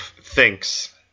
thinks